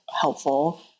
helpful